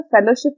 fellowship